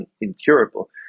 incurable